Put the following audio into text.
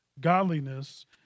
godliness